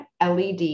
LED